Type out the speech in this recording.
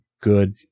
good